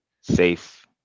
safe